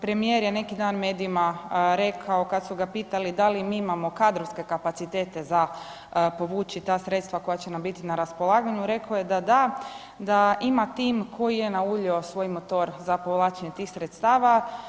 Premijer je neki dan medijima rekao kad su ga pitali da li mi imamo kadrovske kapacitete za povući ta sredstva koja će nam biti na raspolaganju, rekao je da da, da ima tim koji je nauljio svoje motor za povlačenje tih sredstava.